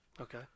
Okay